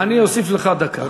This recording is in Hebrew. אני אוסיף לך דקה.